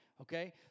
Okay